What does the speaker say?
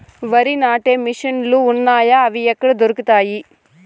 వరి నాటే మిషన్ ను లు వున్నాయా? అవి ఎక్కడ దొరుకుతాయి?